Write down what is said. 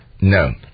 No